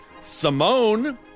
Simone